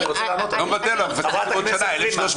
אני רוצה --- ח"כ פרידמן ------ 1,300